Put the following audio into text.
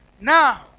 now